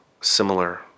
similar